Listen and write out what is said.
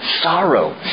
sorrow